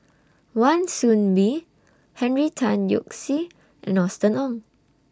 Wan Soon Bee Henry Tan Yoke See and Austen Ong